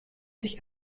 sich